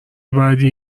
بعدی